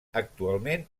actualment